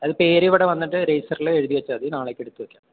അത് പേരിവിടെ വന്നിട്ട് രജിസ്റ്ററിൽ എഴുതി വെച്ചാൽ മതി നാളേക്ക് എടുത്ത് വെക്കാം